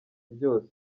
byose